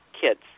kids